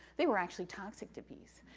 they were actually toxic to bees,